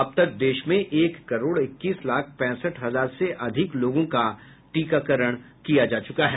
अब तक देश में एक करोड इक्कीस लाख पैंसठ हजार से अधिक लोगों का टीकाकरण किया जा चुका है